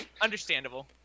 understandable